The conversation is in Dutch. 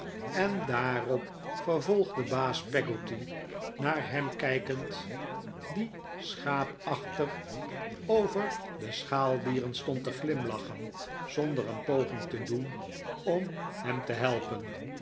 en daarop vervolgde baas peggotty naar ham kijkend die schaapachtig over de schaaldieren stond te glimlachen zonder een poging te doen om hem te helpen